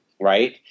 right